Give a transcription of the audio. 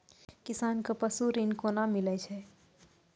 किसान कऽ पसु ऋण कोना मिलै छै?